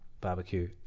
barbecue